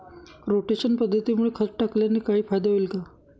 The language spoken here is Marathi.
रोटेशन पद्धतीमुळे खत टाकल्याने काही फायदा होईल का?